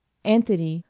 anthony,